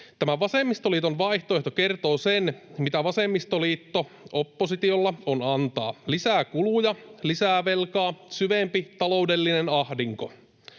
vasemmistoliiton vaihtoehto kertoo sen, mitä vasemmistoliitto-oppositiolla on antaa: lisää kuluja, lisää velkaa, syvempi taloudellinen ahdinko.